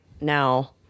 now